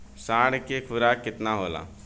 साढ़ के खुराक केतना होला?